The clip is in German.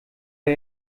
der